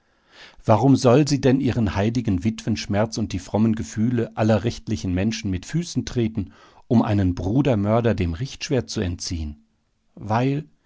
warum soll sie denn ihren heiligen witwenschmerz und die frommen gefühle aller rechtlichen menschen mit füßen treten um einen brudermörder dem richtschwert zu entziehen weil